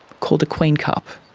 called a queen cup.